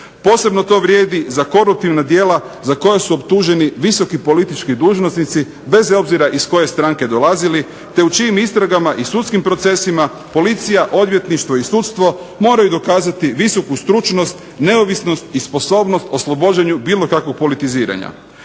Posebno to vrijedi za koruptivna djela za koja su optuženi visoki politički dužnosnici bez obzira iz koje stranke dolazili, te u čijim istragama i sudskim procesima policija, odvjetništvo i sudstvo moraju dokazati visoku stručnost, neovisnost i sposobnost oslobođenju bilo kakvog politiziranja.